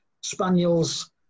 Spaniels